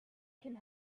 can